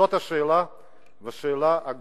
זו השאלה הגדולה,